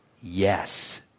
yes